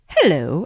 Hello